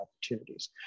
opportunities